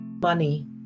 money